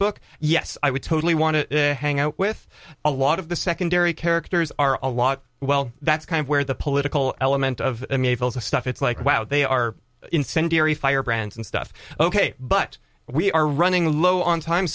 book yes i would totally want to hang out with a lot of the secondary characters are a lot well that's kind of where the political element of me feels the stuff it's like wow they are incendiary firebrands and stuff ok but we are running low on time